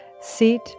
Seat